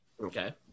okay